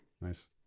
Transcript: Nice